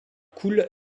coule